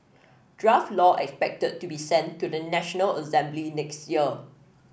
draft law expected to be sent to the National Assembly next year